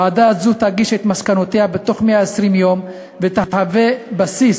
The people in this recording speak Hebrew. ועדה זו תגיש את מסקנותיה בתוך 120 יום ותהווה בסיס